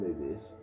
movies